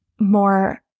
more